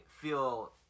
feel